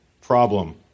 problem